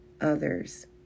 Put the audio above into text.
others